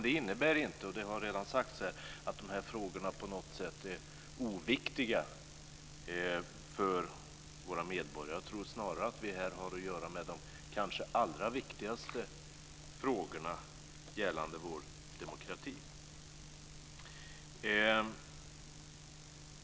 Det innebär inte, vilket redan har sagts här, att frågorna på något sätt är oviktiga för våra medborgare. Jag tror snarare att vi har att göra med de kanske allra viktigaste frågorna som gäller vår demokrati.